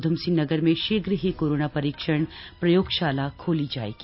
ऊधमसिंह नगर में भाीघ ही कोरोना परीक्षण प्रयोगााला खोली जाएगी